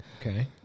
Okay